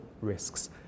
risks